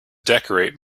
decorate